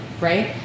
Right